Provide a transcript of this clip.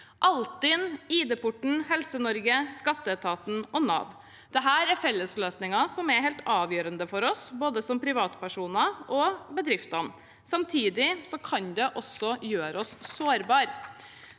Altinn, ID-porten, Helsenorge, skatteetaten og Nav – dette er fellesløsninger som er helt avgjørende for oss, både som privatpersoner og bedrifter. Samtidig kan det også gjøre oss sårbare.